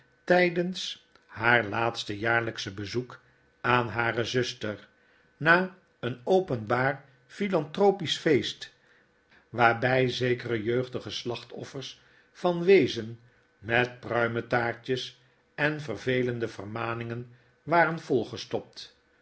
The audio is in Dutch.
tydens haar laatste jaarlyksch bezoek aan hare zuster na een openbaar philanthropist feest waarby zekere jeugdige slachtoffers van weezen met pruimetaartjes en vervelende vermaningen waren volgestopt